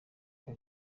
aka